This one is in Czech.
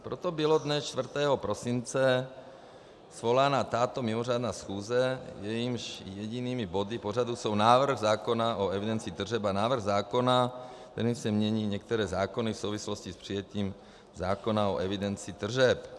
Proto byla dne 4. prosince svolána tato mimořádná schůze, jejímiž jedinými body pořadu jsou návrh zákona o evidence tržeb a návrh zákona, kterým se mění některé zákony v souvislosti s přijetím zákona o evidenci tržeb.